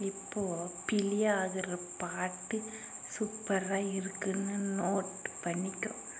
இப்போது பிளே ஆகிற பாட்டு சூப்பரா இருக்குதுன்னு நோட் பண்ணிக்கோ